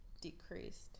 decreased